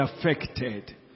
affected